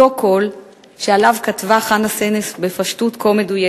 אותו קול שעליו כתבה חנה סנש בפשטות כה מדויקת: